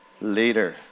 later